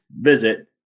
visit